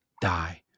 die